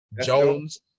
jones